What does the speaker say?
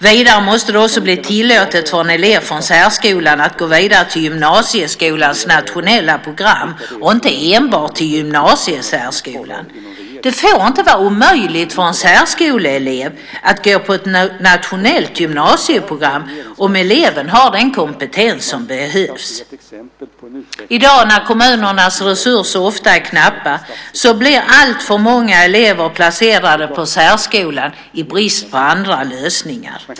Vidare måste det också bli tillåtet för en elev från särskolan att gå vidare till gymnasieskolans nationella program och inte enbart till gymnasiesärskolan. Det får inte vara omöjligt för en särskoleelev att gå på ett nationellt gymnasieprogram om eleven har den kompetens som behövs. I dag, när kommunernas resurser ofta är knappa, blir alltför många elever placerade i särskolan i brist på andra lösningar.